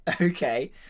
Okay